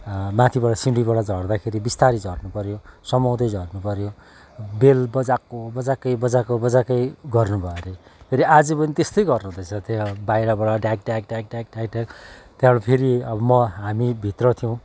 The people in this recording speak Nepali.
माथिबाट सिँडीबाट झर्दाखेरि बिस्तारी झर्नु पऱ्यो समाउँदै झर्नु पऱ्यो बेल बजाएको बजाएकै बजाएको बजाएकै गर्नु भयो हरे फेरि आज पनि त्यस्तै गर्नु हुँदैछ त्यो बाहिरबाट ढ्याक ढ्याक ढ्याक ढ्याक ढ्याक ढ्याक त्यहाँबाट फेरि अब म हामी भित्र थियौँ